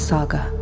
Saga